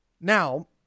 Now